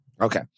Okay